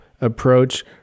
approach